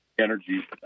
energy